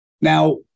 Now